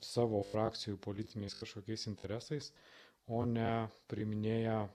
savo frakcijų politiniais kažkokiais interesais o ne priiminėja